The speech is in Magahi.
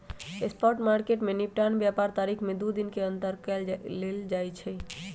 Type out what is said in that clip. स्पॉट मार्केट में निपटान व्यापार तारीख से दू दिन के अंदर कऽ लेल जाइ छइ